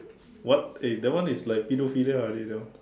what eh that one is like pedophilia already that one